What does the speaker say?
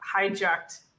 hijacked